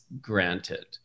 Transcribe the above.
granted